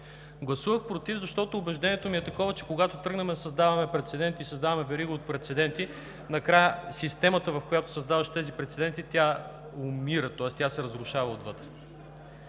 Гласувах „против“, защото убеждението ми е такова, че когато тръгнем да създаваме прецеденти и създаваме верига от прецеденти, накрая системата, в която създаваш тези прецеденти, умира, тоест тя се разрушава отвътре.